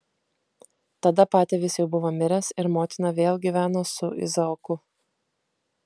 tada patėvis jau buvo miręs ir motina vėl gyveno su izaoku